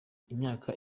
imyaka